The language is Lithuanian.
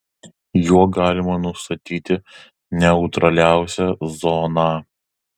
juo galima nustatyti neutraliausią zoną